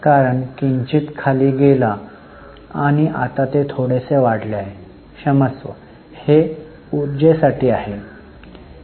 तो किंचित खाली गेला आणि आता हे थोडेसे वाढले आहे क्षमस्व आणि हे उर्जेसाठी आहे